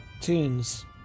tunes